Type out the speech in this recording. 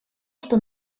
что